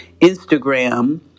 Instagram